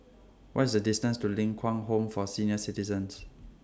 What IS The distance to Ling Kwang Home For Senior Citizens